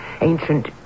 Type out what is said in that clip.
ancient